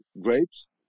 grapes